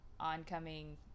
oncoming